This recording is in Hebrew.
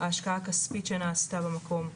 ההשקעה הכספית שנעשתה במקום,